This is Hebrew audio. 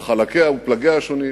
על חלקיה ופלגיה השונים,